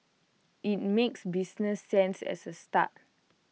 IT makes business sense as A start